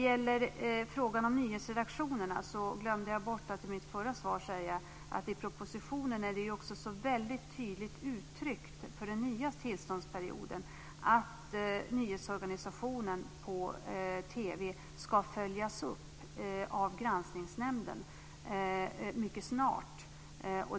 I fråga om nyhetsredaktionerna glömde jag i mitt förra svar att säga att det i propositionen väldigt tydligt för den nya tillståndsperioden uttrycks att nyhetsorganisationen på TV mycket snart ska följas upp av Granskningsnämnden.